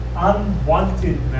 Unwanted